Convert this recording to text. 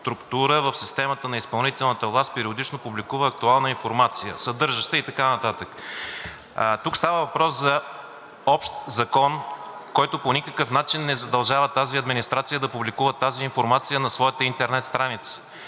в системата на изпълнителната власт периодично публикува актуална информация, съдържаща…“ и така нататък. Тук става въпрос за общ закон, който по никакъв начин не задължава тази администрация да публикува тази информация на своята интернет страница.